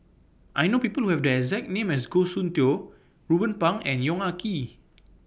I know People Who Have The exact name as Goh Soon Tioe Ruben Pang and Yong Ah Kee